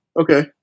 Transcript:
Okay